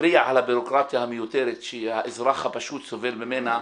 מתריע על הביורוקרטיה המיותרת שהאזרח הפשוט סובל ממנה.